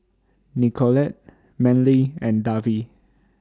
Nicolette Manley and Davy